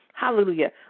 Hallelujah